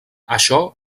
això